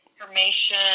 information